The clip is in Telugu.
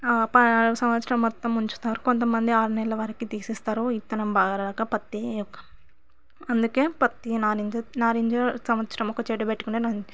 ఆ సంవత్సరం మొత్తం ఉంచుతారు కొంతమంది ఆరు నెలల వరకు తీసేస్తారు ఇత్తనం బాగా రాక పత్తి అందుకే పత్తి నానింజ నారింజ సంవత్సరం ఒక చెడు పెట్టుకుని